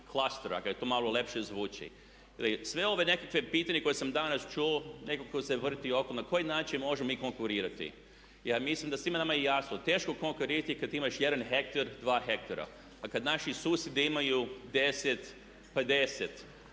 klaster ako to malo ljepše zvuči. Sva ova nekakva pitanja koja sam danas čuo nekako se vrti ovako na koji način mi možemo konkurirati? Ja mislim da je svima nama jasno teško je konkurirati kad imaš jedan hektar, dva hektara. A kad naši susjedi imaju 10, 50